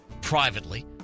privately